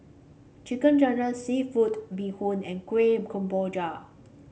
chicken ginger seafood Bee Hoon and Kueh Kemboja